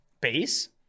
Base